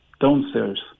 downstairs